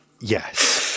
Yes